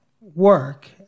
work